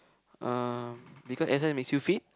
uh because exercise makes you fit